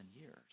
years